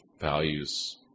values